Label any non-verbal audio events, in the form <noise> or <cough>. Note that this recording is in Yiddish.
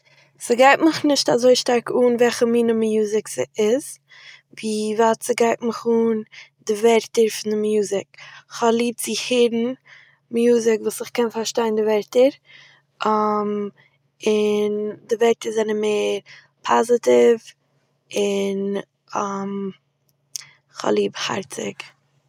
ס'גייט מיך נישט אזוי שטארק אן וועלכע מין מיוזיק ס'איז, ווי ווייט ס'גייט מיך אן די ווערטער פון די מיוזיק, כ'האב ליב צו הערן מיוזיק וואס איך קען פארשטיין די ווערטער, <hesitation> און די ווערטער זענען מער פאזיטיוו און, <hesitation> כ'האב ליב הארציג